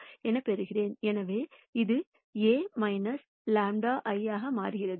எனவே இது A λ I ஆக மாறுகிறது times x 0